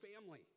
family